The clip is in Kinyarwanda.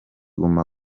guma